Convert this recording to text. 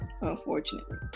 unfortunately